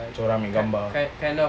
tolong orang ambil gambar